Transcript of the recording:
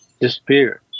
disappeared